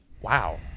Wow